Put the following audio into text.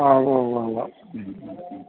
ആ ഊവ്വുവ്വുവ്വ് ഉം ഉം ഉം